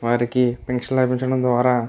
వారికి పింఛన్ అందించడం ద్వారా